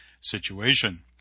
situation